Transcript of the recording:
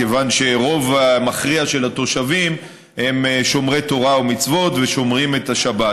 כיוון שהרוב המכריע של התושבים הם שומרי תורה ומצוות ושומרים את השבת,